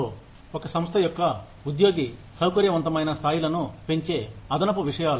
ఇవి ఒక సంస్థ యొక్క ఉద్యోగి సౌకర్యవంతమైన స్థాయిలను పెంచే అదనపు విషయాలు